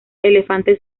elefantes